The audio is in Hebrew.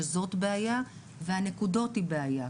שזאת בעיה והנקודות היא בעיה,